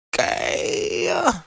Okay